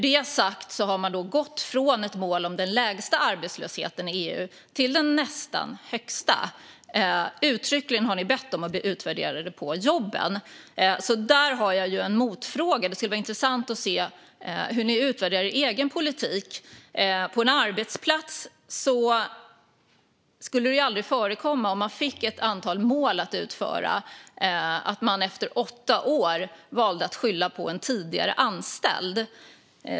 Ni hade ett mål om den lägsta arbetslösheten i EU, men det blev nästan den högsta. Ni har uttryckligen bett om att bli utvärderade på jobben. Där har jag en motfråga. Det skulle vara intressant att se hur ni utvärderar er egen politik. Om man på en arbetsplats fick ett antal mål att uppnå skulle det aldrig förekomma att man efter åtta år valde att skylla på en tidigare anställd.